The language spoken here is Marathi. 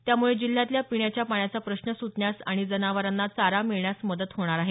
त्यामुळे जिल्ह्यातल्या पिण्याच्या पाण्याचा प्रश्न सुटण्यास आणि जनावरांना चारा मिळण्यास मदत होणार आहे